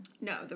No